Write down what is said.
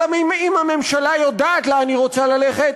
אבל אם הממשלה יודעת לאן היא רוצה ללכת,